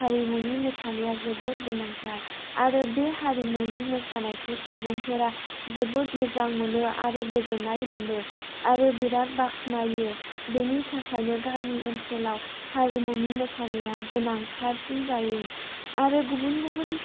हारिमुनि मोसानाया जोबोद गोनांथार आरो बे हारिमुनि मोसानायखौ सुबुंफोरा जोबोद मोजां मोनो आरो गोजोननाय मोनो आरो बिराद बाखनायो बेनि थाखायनो गामि ओनसोलाव हारिमुनि मोसानाया गोनांथारसिन जायो आरो गुबुन गुबुन